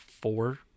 four